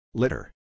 Litter